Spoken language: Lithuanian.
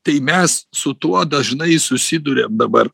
tai mes su tuo dažnai susiduriam dabar